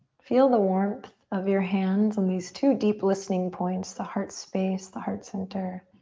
feel the warmth of your hands on these two deep listening points, the heart space, the heart center,